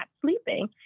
sleeping